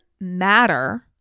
matter